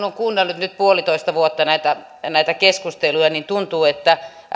on kuunnellut nyt puolitoista vuotta näitä keskusteluja niin tuntuu että